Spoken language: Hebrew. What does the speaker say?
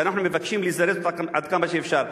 שאנחנו מבקשים לזרז אותה עד כמה שאפשר,